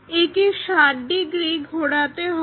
একে 60° ঘোরাতে হবে